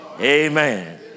Amen